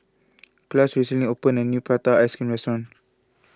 Clarnce recently opened a new Prata Ice Cream restaurant